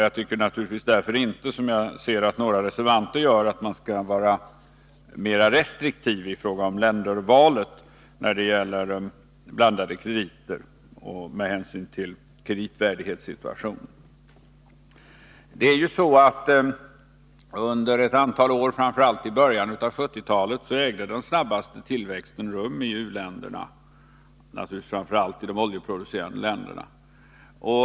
Jag tycker naturligtvis för den skull inte, som jag ser att några reservanter gör, att man skall vara mera restriktiv i fråga om ländervalet när det gäller blandade krediter med hänsyn till kreditvärdighet. Under ett antal år i början av 1970-talet ägde den snabbaste tillväxten rum i u-länderna — naturligtvis framför allt i de oljeproducerande länderna.